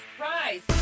Rise